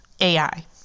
AI